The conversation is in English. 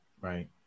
right